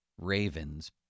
Ravens